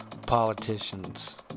politicians